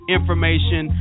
information